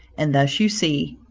and thus you see,